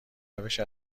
روش